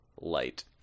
light